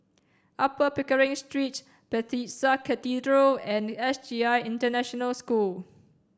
Upper Pickering Street Bethesda Cathedral and S J I International School